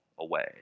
away